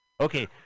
Okay